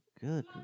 Good